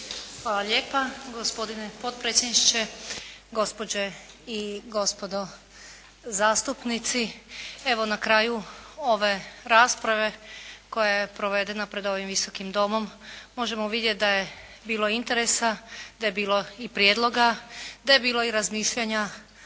Hvala lijepa. Gospodine potpredsjedniče, gospođe i gospodo zastupnici. Evo na kraju ove rasprave koja je provedene pred ovim Visokim domom možemo vidjeti da je bilo interesa, da je bilo i prijedloga, da je bilo i razmišljanja